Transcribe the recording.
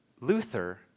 Luther